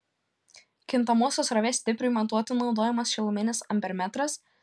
kintamosios srovės stipriui matuoti naudojamas šiluminis ampermetras